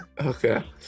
Okay